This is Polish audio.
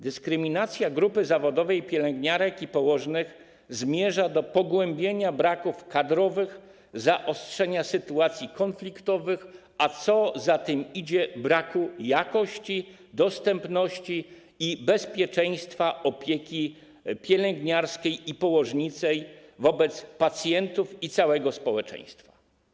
Dyskryminacja grupy zawodowej pielęgniarek i położnych zmierza do pogłębienia braków kadrowych, zaostrzenia sytuacji konfliktowych, a co za tym idzie - braku jakości, dostępności i bezpieczeństwa opieki pielęgniarskiej i położniczej wobec pacjentów i całego społeczeństwa.